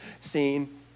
scene